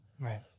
Right